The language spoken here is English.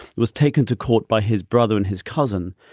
was taken to court by his brother and his cousin,